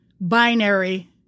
binary